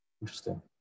interesting